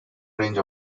range